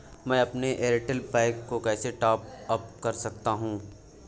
मैं अपने एयरटेल पैक को कैसे टॉप अप कर सकता हूँ?